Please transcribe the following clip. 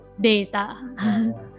data